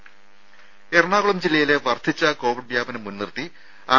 രുര എറണാകുളം ജില്ലയിലെ വർധിച്ച കോവിഡ് വ്യാപനം മുൻനിർത്തി ആർ